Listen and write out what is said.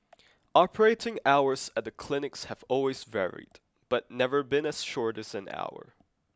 operating hours at the clinics have always varied but never been as short as an hour